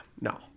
No